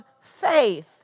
faith